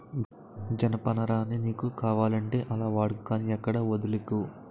జనపనారని నీకు ఎలా కావాలంటే అలా వాడుకో గానీ ఎక్కడా వొదిలీకు